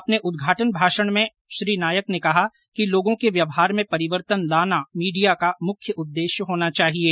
अपने उद्घाटन भाषण में श्री नायक ने कहा कि लोगों के व्यहवार में परिवर्तन लाना मीडिया का मुख्य उद्देश्य होना चाहिये